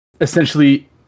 Essentially